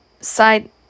side